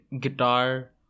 guitar